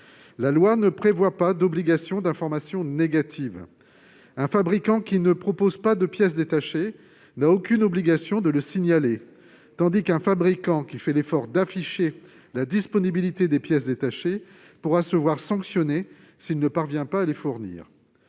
La loi ne prévoit pas d'obligation d'information négative. Ainsi, un fabricant qui ne propose pas de pièces détachées n'a aucune obligation de le signaler, tandis qu'un fabricant qui fait l'effort d'afficher la disponibilité des pièces détachées pourra se voir sanctionné s'il ne parvient pas à les fournir.